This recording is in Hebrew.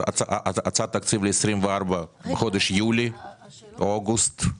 תקציב ל-24' בחודש יולי או אוגוסט 23'?